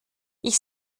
ich